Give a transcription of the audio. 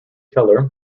keeler